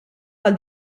għal